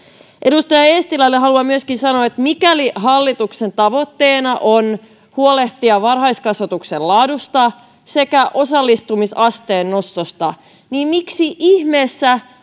edustaja eestilälle haluan myöskin sanoa että mikäli hallituksen tavoitteena on huolehtia varhaiskasvatuksen laadusta sekä osallistumisasteen nostosta miksi ihmeessä